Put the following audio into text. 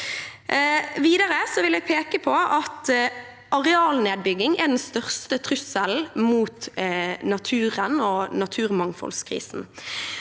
vil jeg peke på at arealnedbygging er den største trusselen mot naturen og naturmangfoldskrisen.